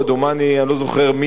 אני לא זוכר מי זה היה,